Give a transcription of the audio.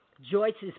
Joyce's